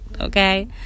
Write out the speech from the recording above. Okay